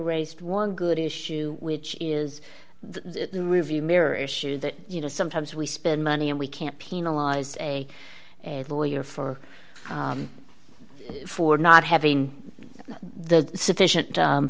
raised one good issue which is the review mirror issue that you know sometimes we spend money and we can't penalize a lawyer for for not having the sufficient